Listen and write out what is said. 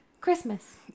Christmas